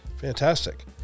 Fantastic